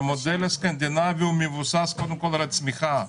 והמודל הסקנדינבי מבוסס קודם כל על הצמיחה,